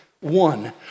one